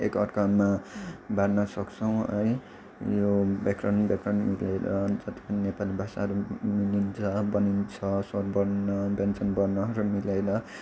एक अर्कामा बाँड्न सक्छौँ है यो व्याकरण व्याकरण मिलेर जति पनि नेपाली भाषाहरू निक्लिन्छ बनिन्छ स्वर वर्ण व्यञ्जन वर्णहरू मिलाएर